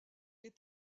est